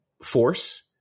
force